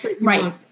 Right